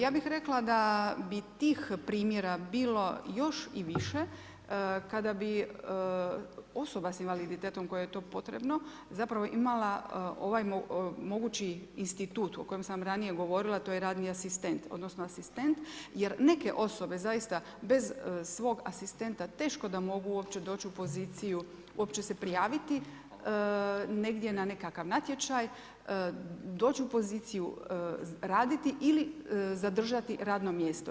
Ja bih rekla da bi tih primjera bilo još i više kada bi osoba s invaliditetom kojoj je to potrebno, zapravo imala mogući institut o kojem sam ranije govorila, to je radni asistent, odnosno asistent jer neke osobe zaista bez svog asistenta teško da mogu uopće doć u poziciju, uopće se prijaviti negdje na nekakav natječaj, doć u poziciju raditi ili zadržati radno mjesto.